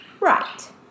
Right